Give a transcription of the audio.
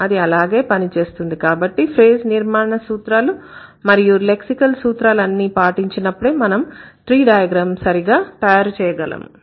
అది అలాగే పనిచేస్తుంది కాబట్టి ఫ్రేజ్ నిర్మాణ సూత్రాలు మరియు లెక్సికల్ సూత్రాలు అన్నీ పాటించినప్పుడే మనం ట్రీడైగ్రామ్ సరిగా తయారుచేయగలము